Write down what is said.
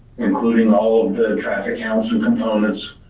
including all of the traffic counts and components,